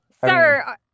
Sir